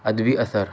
ادبی اثر